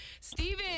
steven